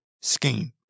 scheme